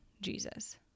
Jesus